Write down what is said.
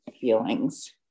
feelings